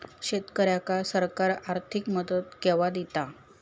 शेतकऱ्यांका सरकार आर्थिक मदत केवा दिता?